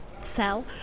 sell